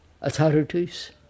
authorities